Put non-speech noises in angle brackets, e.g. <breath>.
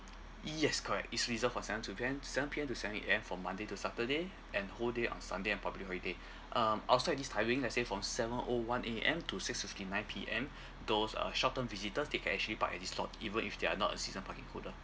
yes correct it's reserved from seven to P_M seven P_M to seven A_M from monday to saturday and whole day on sunday and public holiday um outside of this timing let's say from seven O one A_M to six fifty nine P_M <breath> those uh short term visitors they can actually park at this lot even if they are not a season parking holder